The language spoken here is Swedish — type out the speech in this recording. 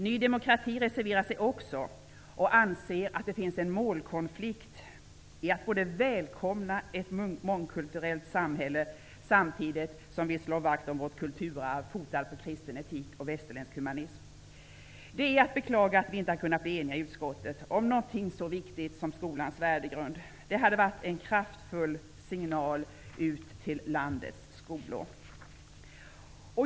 Ny demokrati reserverar sig också och anser att det finns en målkonflikt i att välkomna ett mångkulturellt samhälle och samtidigt slå vakt om vårt kulturarv, grundat på kristen etik och västerländsk humanism. Det är att beklaga att vi inte kunde bli eniga i utskottet om något så viktigt som skolans värdegrund. Det hade varit en kraftfull signal ut till landets skolor.